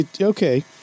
Okay